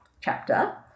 chapter